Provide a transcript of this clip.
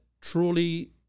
truly